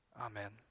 Amen